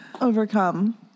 overcome